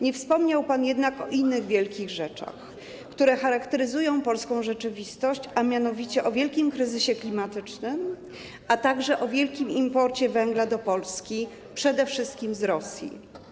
Nie wspomniał pan jednak o innych wielkich rzeczach, które charakteryzują polską rzeczywistość, a mianowicie o wielkim kryzysie klimatycznym, a także o wielkim imporcie węgla do Polski, przede wszystkim z Rosji.